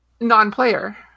non-player